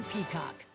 Peacock